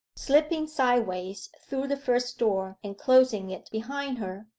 slipping sideways through the first door and closing it behind her,